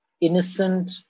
Innocent